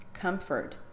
comfort